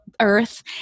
earth